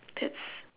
that's